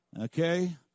Okay